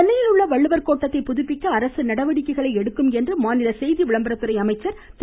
சென்னையில் உள்ள வள்ளுவர் கோட்டத்தை புதுப்பிக்க அரசு நடவடிக்கை எடுக்கும் என்று மாநில செய்தி விளம்பரத்துறை அமைச்சர் திரு